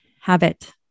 habit